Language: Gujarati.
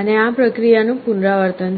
અને આ પ્રક્રિયાનું પુનરાવર્તન થશે